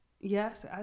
yes